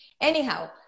anyhow